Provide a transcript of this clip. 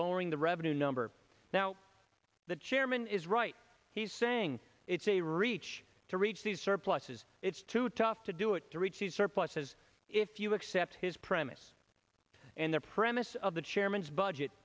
lowering the revenue number now the chairman is right he's saying it's a reach to reach these surpluses it's too tough to do it to reach these surpluses if you accept his premise and the premise of the chairman's budget